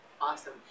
Awesome